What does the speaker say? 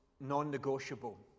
non-negotiable